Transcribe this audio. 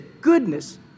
goodness